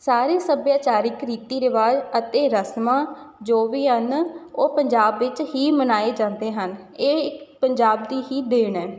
ਸਾਰੇ ਸੱਭਿਆਚਾਰਿਕ ਰੀਤੀ ਰਿਵਾਜ਼ ਅਤੇ ਰਸਮਾਂ ਜੋ ਵੀ ਹਨ ਉਹ ਪੰਜਾਬ ਵਿੱਚ ਹੀ ਮਨਾਏ ਜਾਂਦੇ ਹਨ ਇਹ ਇੱਕ ਪੰਜਾਬ ਦੀ ਹੀ ਦੇਣ ਹੈ